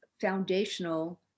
foundational